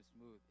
smooth